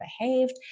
behaved